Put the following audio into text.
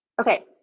okay